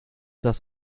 das